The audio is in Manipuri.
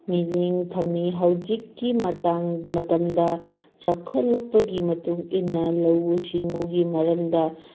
ꯃꯤꯠꯌꯦꯡ ꯊꯝꯃꯤ ꯍꯧꯖꯤꯛꯀꯤ ꯃꯇꯝꯗ ꯆꯥꯎꯈꯠꯂꯛꯄꯒꯤ ꯃꯇꯨꯡꯏꯟꯅ ꯂꯧꯎ ꯁꯤꯡꯎꯒꯤ ꯃꯔꯝꯗ